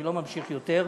אני לא ממשיך יותר.